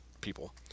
people